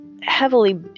heavily